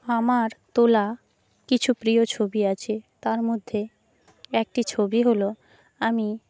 আমার তোলা কিছু প্রিয় ছবি আছে তার মধ্যে একটি ছবি হলো আমি